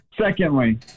Secondly